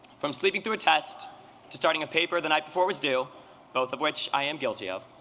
from sleeping through a test to starting a paper the night before it's due both of which i am guilty of,